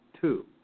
Two